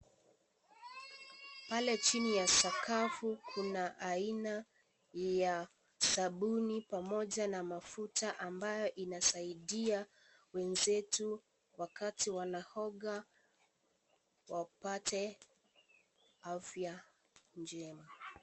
Pale chini ya sakafu kuna aina ya sabuni pamoja na mafuta ambayo inasaidia wenzetu wakati wanaoga wapate afya njema.